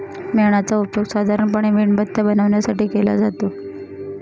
मेणाचा उपयोग साधारणपणे मेणबत्त्या बनवण्यासाठी केला जातो